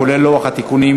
כולל לוח התיקונים,